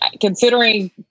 Considering